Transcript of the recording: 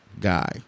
guy